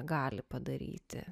gali padaryti